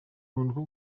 ubuntu